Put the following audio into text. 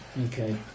Okay